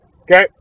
Okay